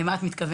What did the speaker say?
למה את מתכוונת?